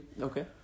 okay